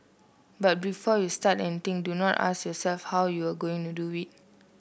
but before you start anything do not ask yourself how you're going to do it